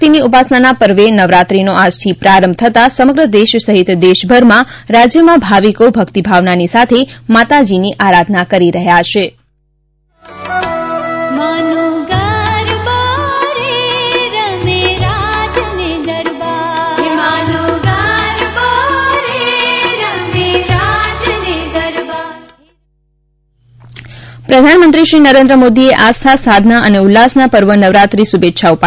નવરાત્રી આદ્યશક્તિની ઉપસનાના પર્વે નવરાત્રિનો આજથી પ્રારંભ થતા સમગ્ર દેશ સહિતદેશભરમાં રાજયમાં ભાવિકો ભક્તિભાવનાની સાથે માતાજીની આરાધના કરી રહ્યા છે પ્રધાનમંત્રી શ્રી નરેન્દ્ર મોદી એ આસ્થા સાધનાં અને ઉલ્લાસનાં પર્વ નવરાત્રી શુભેચ્છાઓ પાઠવી છે